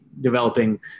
developing